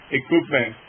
equipment